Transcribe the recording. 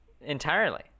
entirely